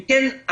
אם כן,